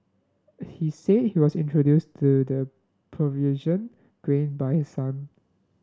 he said he was introduced to the Peruvian grain by his son